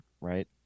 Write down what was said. right